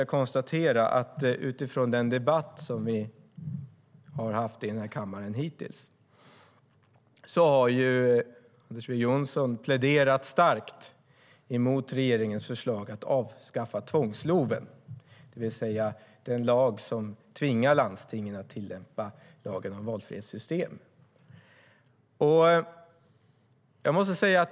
Jag konstaterar att utifrån den debatt vi har haft i kammaren hittills har Anders W Jonsson pläderat starkt mot regeringens förslag att avskaffa tvångs-LOV, det vill säga den lag som tvingar landstingen att tillämpa lagen om valfrihetssystem.